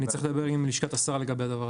אני צריך לדבר עם לשכת השר לגבי הדבר הזה.